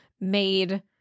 made